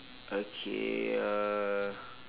okay uh